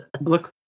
look